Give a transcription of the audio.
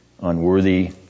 unworthy